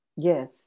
Yes